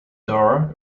door